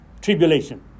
tribulation